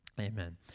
amen